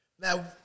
Now